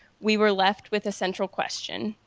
we were left with a central question.